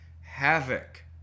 havoc